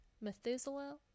Methuselah